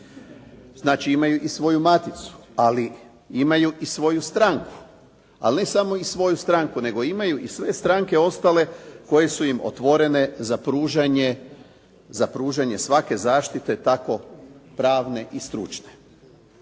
Znači, imaju i svoju maticu ali imaju i svoju stranku. Ali ne samo i svoju stranku nego imaju i sve stranke ostale koje su im otvorene za pružanje svake zaštite tako pravne i stručne.